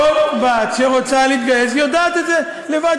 כל בת שרוצה להתגייס יודעת את זה לבד,